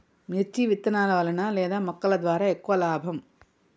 మిర్చి విత్తనాల వలన లేదా మొలకల ద్వారా ఎక్కువ లాభం?